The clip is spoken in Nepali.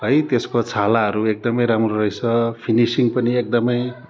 है त्यसको छालाहरू एकदमै राम्रो रहेछ फिनिसिङ पनि एकदमै